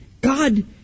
God